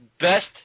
best